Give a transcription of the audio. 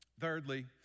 Thirdly